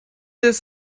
this